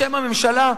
בשם הממשלה,